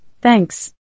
thanks